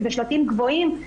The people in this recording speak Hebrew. אלה שלטים גבוהים.